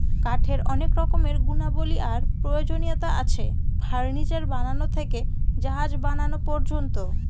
কাঠের অনেক রকমের গুণাবলী আর প্রয়োজনীয়তা আছে, ফার্নিচার বানানো থেকে জাহাজ বানানো পর্যন্ত